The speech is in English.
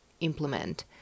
Implement